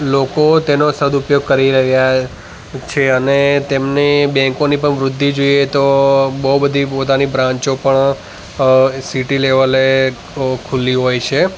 લોકો તેનો સદુપયોગ કરી રહ્યા છે અને તેમની બૅંકોની પણ વૃદ્ધિ જોઈએ તો બહુ બધી પોતાની બ્રાંચો પણ સિટી લેવલે ખુલી હોય છે